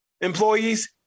employees